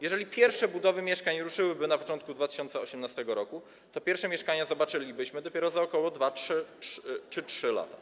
Jeżeli pierwsze budowy mieszkań ruszyłyby na początku 2018 r., to pierwsze mieszkania zobaczylibyśmy dopiero za ok. 2 czy 3 lata.